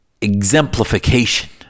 exemplification